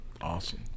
Awesome